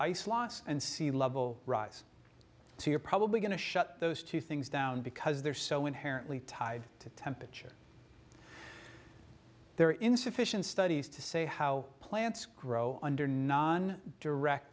ice loss and sea level rise so you're probably going to shut those two things down because they're so inherently tied to temperature there are insufficient studies to say how plants grow under non direct